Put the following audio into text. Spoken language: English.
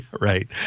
right